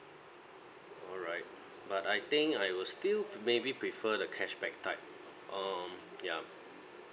alright but I think I will still maybe prefer the cashback type um ya